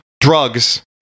drugs